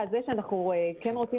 שאנחנו חושבים